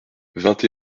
vingt